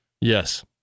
Yes